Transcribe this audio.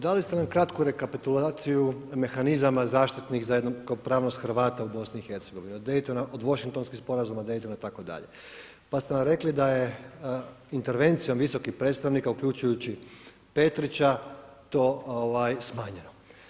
Dali ste nam kratku rekapitulaciju mehanizama zaštitnih za jednakopravnost Hrvata u BiH od Washingtonskih sporazuma, Daytona itd., pa ste nam rekli da je intervencijom visokih predstavnika uključujući Petrića to smanjeno.